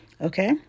okay